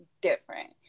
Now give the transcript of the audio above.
different